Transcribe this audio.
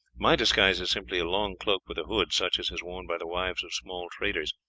my disguise is simply a long cloak with a hood, such as is worn by the wives of small traders.